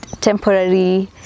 temporary